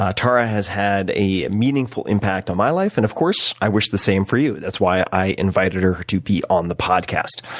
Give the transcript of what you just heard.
ah tara has had a meaningful impact on my life and, of course i wish the same for you. that's why i invited her her to be on the podcast.